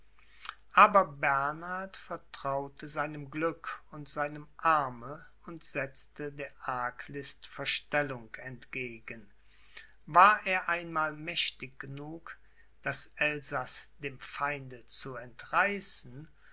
aber bernhard vertraute seinem glück und seinem arme und setzte der arglist verstellung entgegen war er einmal mächtig genug das elsaß dem feinde zu entreißen